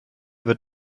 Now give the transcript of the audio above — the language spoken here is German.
wird